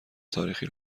تاریخی